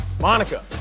Monica